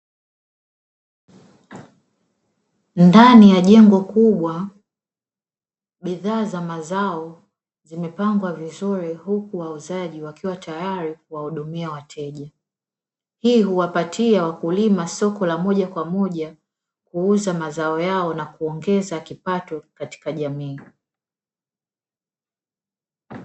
Ndani ya jengo kubwa bidhaa za mazao zimepangwa vizuri huku wauzaji wakiwa tayari kuwahudumia wateja. Hii huwapatia wakulima soko la moja kwa moja kuuza mazao yao na kuongeza kipato katika jamii.